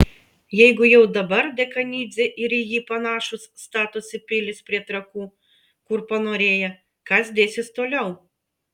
jeigu jau dabar dekanidzė ir į jį panašūs statosi pilis prie trakų kur panorėję kas dėsis toliau